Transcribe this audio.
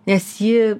nes ji